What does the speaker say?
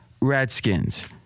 Redskins